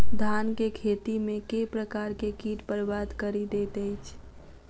धान केँ खेती मे केँ प्रकार केँ कीट बरबाद कड़ी दैत अछि?